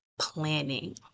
planning